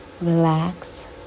relax